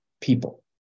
people